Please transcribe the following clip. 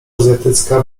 azjatycka